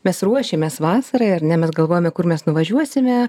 mes ruošiamės vasarai ar ne mes galvojame kur mes nuvažiuosime